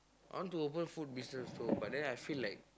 I want to open food business also but then I feel like